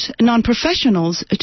non-professionals